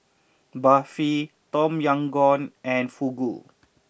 Barfi Tom Yam Goong and Fugu